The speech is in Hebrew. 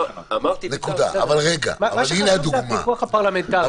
אמרתי --- מה שחשוב זה הפיקוח הפרלמנטרי.